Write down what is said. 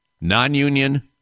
Non-union